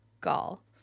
Gall